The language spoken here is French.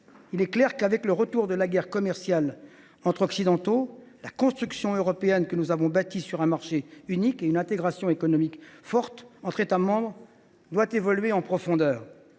il est clair que, avec le retour de la guerre commerciale entre Occidentaux, la construction européenne que nous avons bâtie sur un marché unique et une intégration économique forte entre États membres doit évoluer en profondeur.